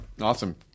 Awesome